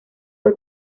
fue